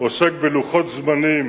עוסק בלוחות זמנים